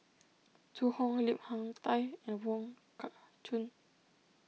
Zhu Hong Lim Hak Tai and Wong Kah Chun